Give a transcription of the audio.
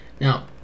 Now